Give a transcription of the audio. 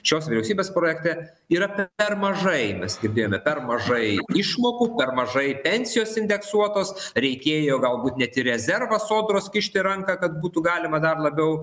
šios vyriausybės projekte yra per mažai mes girdėjome per mažai išmokų per mažai pensijos indeksuotos reikėjo galbūt net į rezervą sodros kišti ranką kad būtų galima dar labiau